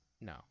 No